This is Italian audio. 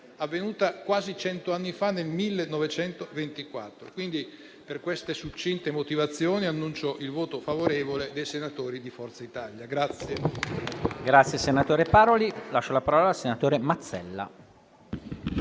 avvenuta quasi cento anni fa, nel 1924. Per queste succinte motivazioni, annuncio il voto favorevole dei senatori di Forza Italia.